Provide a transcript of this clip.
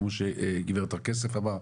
כמו שגברת הר כסף אמרה,